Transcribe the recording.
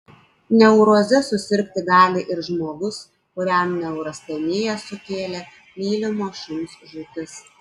neuroze susirgti gali ir žmogus kuriam neurasteniją sukėlė mylimo šuns žūtis